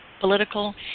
political